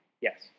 Yes